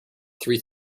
three